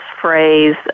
phrase